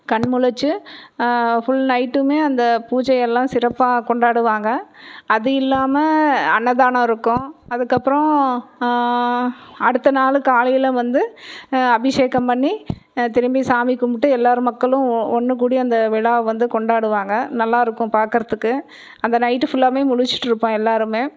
கண் முழித்து ஃபுல் நைட்டும் அந்த பூஜையெல்லாம் சிறப்பாக கொண்டாடுவாங்க அது இல்லாமல் அன்னதானம் இருக்கும் அதுக்கப்புறம் அடுத்த நாள் காலையில் வந்து அபிஷேகம் பண்ணி திரும்பி சாமி கும்பிட்டு எல்லா ஊர் மக்களும் ஒன்றுக்கூடி அந்த விழாவை வந்து கொண்டாடுவாங்க நல்லாயிருக்கும் பாக்கிறதுக்கு அந்த நைட்டு ஃபுல்லாவும் முழிச்சிகிட்ருப்போம் எல்லாரும்